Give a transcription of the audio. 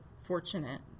fortunate